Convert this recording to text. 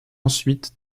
ensuite